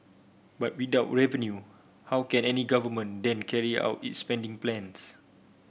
but without revenue how can any government then carry out its spending plans